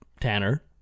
Tanner